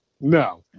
No